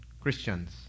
Christians